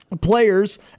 players